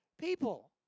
people